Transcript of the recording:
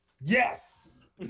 Yes